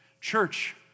Church